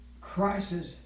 crisis